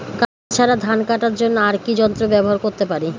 কাস্তে ছাড়া ধান কাটার জন্য আর কি যন্ত্র ব্যবহার করতে পারি?